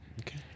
Okay